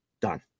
Done